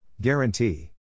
Guarantee